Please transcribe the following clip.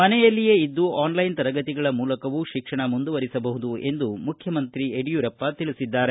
ಮನೆಯಲ್ಲಿಯೇ ಇದ್ದು ಆನ್ಲೈನ್ ತರಗತಿಗಳ ಮೂಲಕವೂ ಶಿಕ್ಷಣವನ್ನು ಮುಂದುವರಿಸಬಹುದು ಎಂದು ಮುಖ್ಯಮಂತ್ರಿ ಯಡಿಯೂರಪ್ಪ ಹೇಳಿದರು